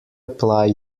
apply